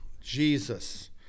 Jesus